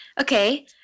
Okay